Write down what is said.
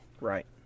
Right